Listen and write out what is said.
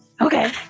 Okay